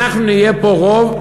אנחנו נהיה פה רוב,